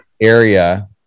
area